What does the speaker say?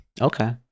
okay